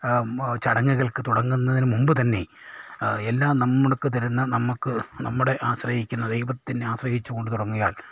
ചടങ്ങുകൾക്ക് തുടങ്ങുന്നതിന് മുമ്പ് തന്നെ എല്ലാം നമ്മൾക്ക് തരുന്ന നമുക്ക് നമ്മുടെ ആശ്രയിക്കുന്ന ദൈവത്തിനെ ആശ്രയിച്ചുകൊണ്ട് തുടങ്ങിയാൽ